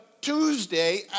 Tuesday